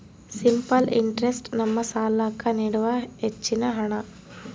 simple interest ನಮ್ಮ ಸಾಲ್ಲಾಕ್ಕ ನೀಡುವ ಹೆಚ್ಚಿನ ಹಣ್ಣ